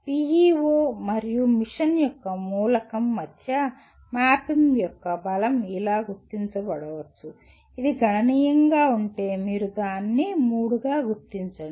PEO మరియు mission యొక్క మూలకం మధ్య మ్యాపింగ్ యొక్క బలం ఇలా గుర్తించబడవచ్చు ఇది గణనీయంగా ఉంటే మీరు దానిని 3 గా గుర్తించండి